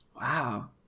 wow